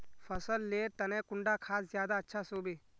फसल लेर तने कुंडा खाद ज्यादा अच्छा सोबे?